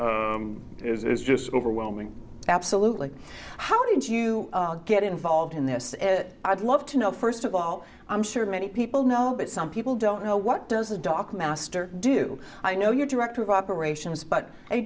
is just overwhelming absolutely how did you get involved in this and i'd love to know first of all i'm sure many people know but some people don't know what does a doc master do i know you're director of operations but